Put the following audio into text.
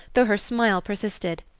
though her smile persisted.